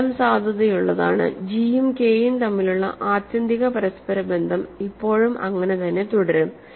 ഫലം സാധുതയുള്ളതാണ് ജി യും കെ യും തമ്മിലുള്ള ആത്യന്തിക പരസ്പര ബന്ധം ഇപ്പോഴും അങ്ങനെ തന്നെ തുടരും